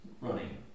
running